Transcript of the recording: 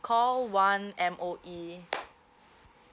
call one M_O_E